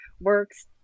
works